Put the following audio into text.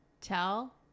tell